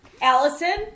Allison